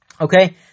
Okay